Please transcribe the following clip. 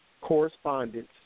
correspondence